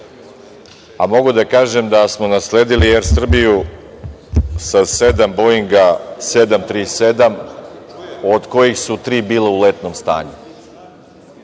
a mogu da kažem da smo nasledili „Er Srbiju“ sa sedam boinga 737 od kojih su tri bila u letnom stanju.